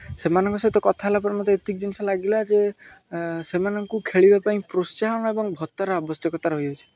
ସେମାନଙ୍କ ସହିତ କଥା ହେଲା ପରେ ମୋତେ ଏତିକି ଜିନିଷ ଲାଗିଲା ଯେ ସେମାନଙ୍କୁ ଖେଳିବା ପାଇଁ ପ୍ରୋତ୍ସାହନ ଏବଂ ଭତ୍ତାର ଆବଶ୍ୟକତା ରହିଅଛି